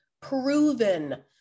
proven